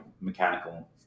mechanical